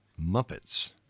Muppets